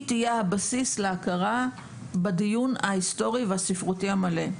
היא תהיה הבסיס להכרה בדיון ההיסטורי והספרותי המלא.